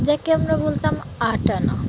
যাকে আমরা বলতাম আট আনা